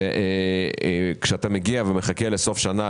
כשאתה מחכה לסוף שנה,